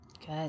Good